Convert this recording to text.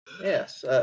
Yes